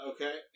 Okay